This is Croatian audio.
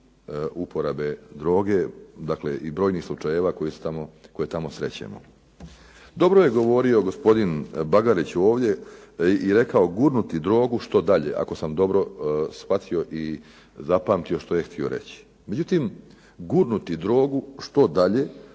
uporabe droge, dakle i brojnih slučajeva koji tamo srećemo. Dobro je govorio gospodin Bagarić ovdje i rekao "gurnuti drogu što dalje" ako sam dobro shvatio i zapamtio što je htio reći. Međutim, gurnuti drogu što dalje